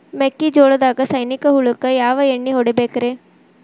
ಮೆಕ್ಕಿಜೋಳದಾಗ ಸೈನಿಕ ಹುಳಕ್ಕ ಯಾವ ಎಣ್ಣಿ ಹೊಡಿಬೇಕ್ರೇ?